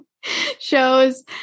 shows